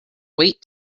wait